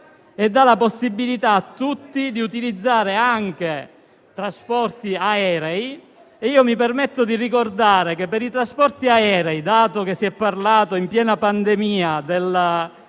estende la possibilità a tutti di utilizzare anche i trasporti aerei. Mi permetto di ricordare che per i trasporti aerei si è parlato in piena pandemia dei